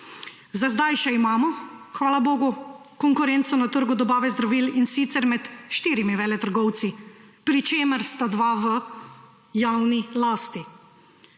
Za sedaj še imamo, hvala bogu, konkurenco na trgu dobave zdravil, in sicer med štirimi veletrgovci, pri čemer sta dva v javni lasti.